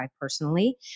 personally